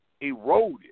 eroded